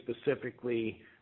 specifically